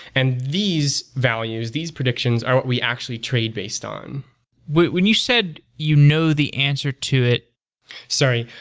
and these values, these predictions, are what we actually trade based on when you said you know the answer to it sorry.